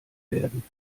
werden